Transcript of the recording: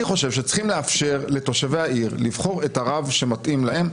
אני חושב שצריכים לאפשר לתושבי העיר לבחור את הרב שמתאים להם,